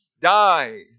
died